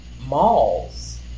malls